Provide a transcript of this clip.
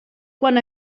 quan